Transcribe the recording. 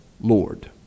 Lord